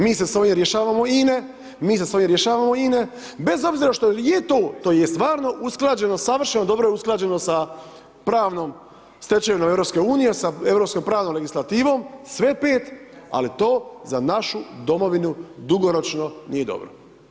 Mi se sa ovim rješavamo INA-e, mi se s ovim rješavamo INA-e bez obzira što je to, to je stvarno usklađeno savršeno dobro usklađeno sa pravnom stečevinom Europske unije, sa europskom pravnom legislativom sve pet, ali to za našu domovinu dugoročno nije dobro.